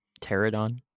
pterodon